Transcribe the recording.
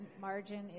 margin